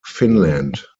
finland